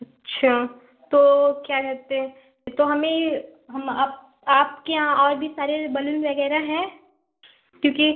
अच्छा तो क्या कहते तो हमें हम आप आपके यहाँ और भी सारे बलून वगैरह हैं क्योंकि